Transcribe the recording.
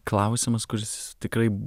klausimas kuris tikrai